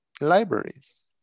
libraries